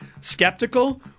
skeptical